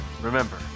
Remember